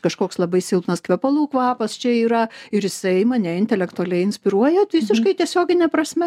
kažkoks labai silpnas kvepalų kvapas čia yra ir jisai mane intelektualiai inspiruoja tai visiškai tiesiogine prasme